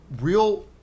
real